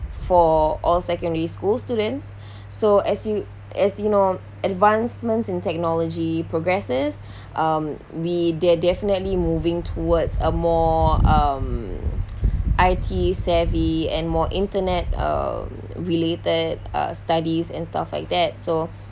for all secondary school students so as you as you know advancements in technology progresses um we they are definitely moving towards a more um I_T savvy and more internet um related uh studies and stuff like that so